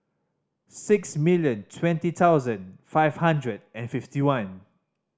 six million twenty thousand five hundred and fifty one